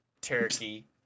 turkey